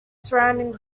surrounding